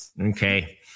Okay